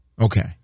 okay